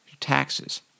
Taxes